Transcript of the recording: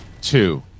two